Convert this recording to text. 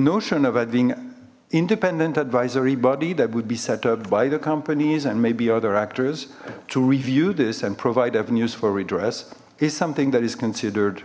notion of adding independent advisory body that would be set up by the companies and maybe other actors to review this and provide avenues for redress is something that is considered